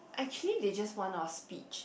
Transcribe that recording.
actually they just want our speech